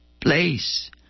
place